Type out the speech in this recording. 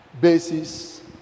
basis